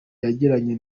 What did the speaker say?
yagiranye